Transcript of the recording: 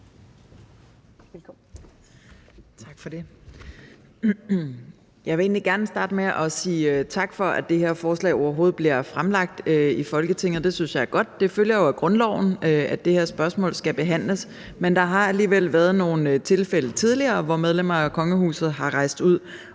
Jeg vil egentlig gerne starte med at sige tak for, at det her forslag overhovedet bliver fremsat i Folketinget. Det synes jeg er godt. Det følger jo af grundloven, at det her spørgsmål skal behandles, men der har alligevel været nogle tidligere tilfælde, hvor medlemmer af kongehuset er rejst ud